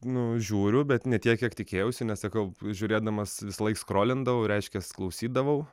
nu žiūriu bet ne tiek kiek tikėjausi nes sakau žiūrėdamas visąlaik skrolindavau reiškias klausydavau